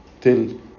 till